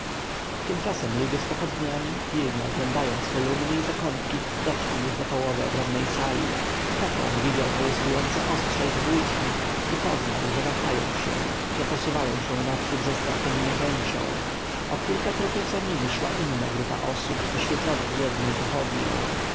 tymczasem ludzie z pochodniami pilnie oglądając kolumny i zakątki doszli już do połowy ogromnej sali kapłan widział połyskujące ostrza ich włóczni i poznał że wahają się że posuwają się naprzód ze strachem i niechęcią o kilka kroków za nimi szła inna grupa osób oświetlona jedną pochodnią